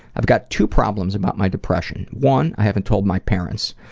i've got two problems about my depression. one, i haven't told my parents.